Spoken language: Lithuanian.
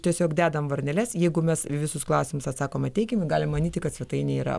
tiesiog dedam varneles jeigu mes į visus klausimus atsakome teigiamai galim manyti kad svetainė yra